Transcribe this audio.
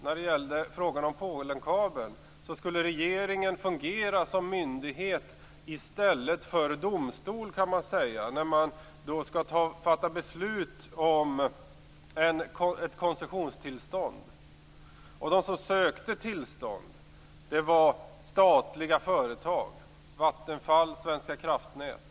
När det gäller frågan om Polenkabeln skulle regeringen fungera som myndighet i stället för domstol, kan man säga. Man skall fatta beslut om ett koncessionstillstånd. De som sökte tillstånd var statliga företag - Vattenfall och Svenska kraftnät.